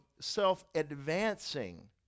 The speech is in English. self-advancing